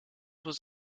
was